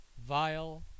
vile